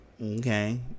okay